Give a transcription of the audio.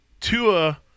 Tua